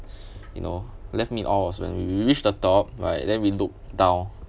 you know left me in awe was when we we reached the top right then we look down